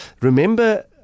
Remember